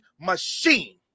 machine